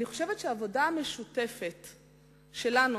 אני חושבת שהעבודה המשותפת שלנו,